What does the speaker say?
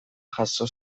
jaso